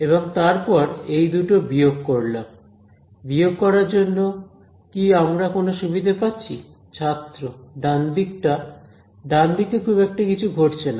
এবং তারপর এই দুটো বিয়োগ করলাম বিয়োগ করার জন্য কি আমরা কোন সুবিধা পাচ্ছি ডানদিকটা ডান দিকে খুব একটা কিছু ঘটছে না